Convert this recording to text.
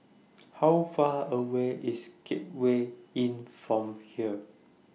How Far away IS Gateway Inn from here